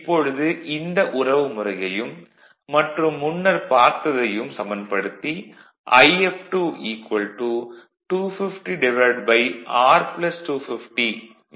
இப்பொழுது இந்த உறவுமுறையையும் மற்றும் முன்னர் பார்த்ததையும் சமன்படுத்தி If2 250R 250 3046